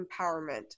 empowerment